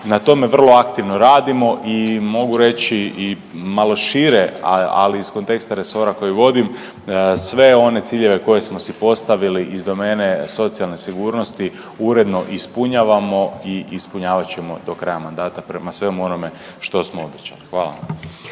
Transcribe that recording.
na tome vrlo aktivno radimo i mogu reći i malo šire, ali iz konteksta resora koji vodim sve one ciljeve koje smo si postavili iz domene socijalne sigurnosti uredno ispunjavamo i ispunjavat ćemo do kraja mandata prema svemu onome što smo obećali. Hvala